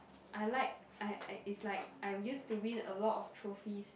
I like I I is like I used to win a lot of trophies